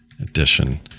Edition